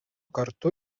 kartu